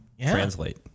translate